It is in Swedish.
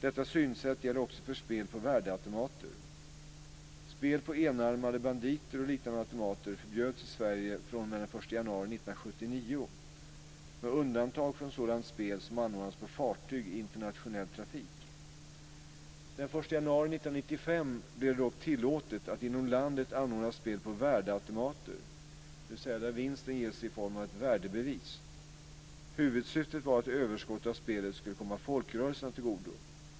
Detta synsätt gäller också för spel på värdeautomater. Spel på enarmade banditer och liknande automater förbjöds i Sverige fr.o.m. den 1 januari 1979 med undantag av sådant spel som anordnas på fartyg i internationell trafik. Den 1 januari 1995 blev det dock tillåtet att inom landet anordna spel på värdeautomater, dvs. där vinsten ges i form av ett värdebevis. Huvudsyftet var att överskottet av spelet skulle komma folkrörelserna till godo.